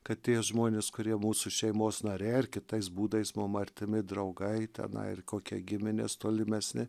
kad tie žmonės kurie mūsų šeimos nariai ar kitais būdais mum artimi draugai tenai ir kokie giminės tolimesni